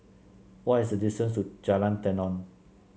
what is the distance to Jalan Tenon